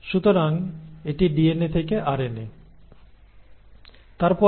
এটিই হল ডিএনএ থেকে আরএনএতে তথ্য সঞ্চালন